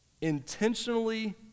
intentionally